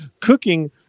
Cooking